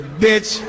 bitch